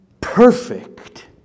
perfect